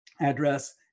address